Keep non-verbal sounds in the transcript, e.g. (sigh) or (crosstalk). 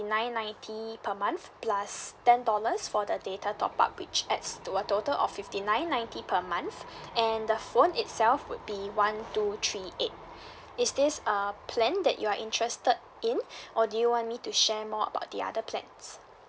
nine ninety per month plus ten dollars for the data top up which adds to a total of fifty nine ninety per month and the phone itself would be one two three eight is this uh plan that you're interested in (breath) or do you want me to share more about the other plans